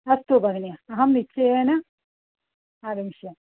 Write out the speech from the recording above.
अस्तु भगिनी अहं निश्चयेन आगमिष्यामि